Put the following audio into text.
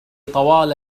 طوال